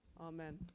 amen